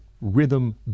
rhythm